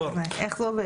איך זה עובד?